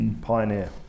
Pioneer